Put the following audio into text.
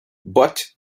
but